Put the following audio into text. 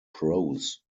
prose